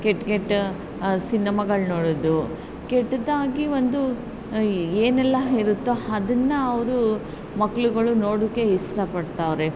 ಕೆಟ್ಟ ಕೆಟ್ಟ ಸಿನಮಗಳು ನೋಡೋದು ಕೆಟ್ಟದಾಗಿ ಒಂದೂ ಏನೆಲ್ಲ ಇರುತ್ತೋ ಅದನ್ನು ಅವರೂ ಮಕ್ಳುಗಳು ನೋಡೋಕೆ ಇಷ್ಟ ಪಡ್ತಾವ್ರೆ